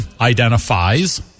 identifies